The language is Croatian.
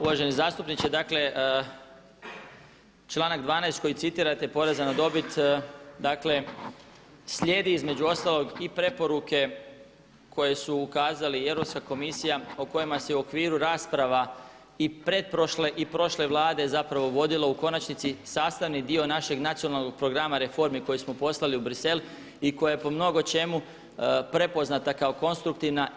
Uvaženi zastupniče, dakle članak 12. koji citirate Poreza na dobit, dakle slijedi između ostalog i preporuke koje su ukazali i Europska komisija o kojima se i u okviru rasprava i pretprošle i prošle Vlade zapravo vodilo u konačnici sastavni dio našeg nacionalnog programa reformi koje smo poslali u Bruxelles i koja je po mnogo čemu prepoznata kao konstruktivna.